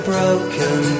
Broken